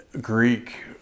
Greek